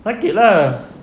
sakit lah